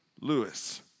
Lewis